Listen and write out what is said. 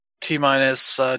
T-minus